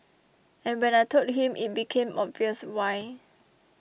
and when I told him it became obvious why